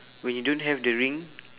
when you don't have the ring